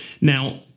Now